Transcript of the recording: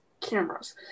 cameras